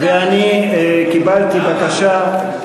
ואני קיבלתי בקשה,